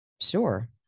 Sure